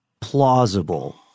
plausible